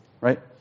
Right